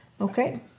Okay